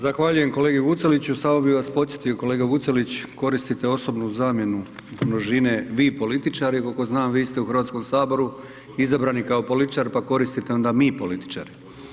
Zahvaljujem kolegi Vuceliću, samo bi vas podsjetio kolega Vucelić koristite osobnu zamjenu množine „vi političari“, koliko znam vi ste u HS izabrani kao političar, pa koristite onda „mi političari“